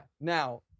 Now